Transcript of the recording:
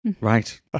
Right